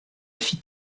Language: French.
fit